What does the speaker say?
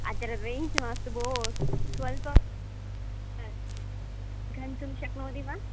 अत्र रेञ्ज् मास्तु भोः स्वल्पं गन्तुं शक्नोति वा